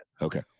Okay